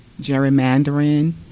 gerrymandering